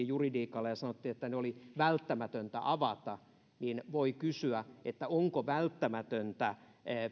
juridiikalla ja sanottiin että ne oli välttämätöntä avata niin voi kysyä että onko välttämätöntä